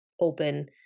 open